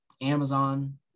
Amazon